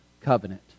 Covenant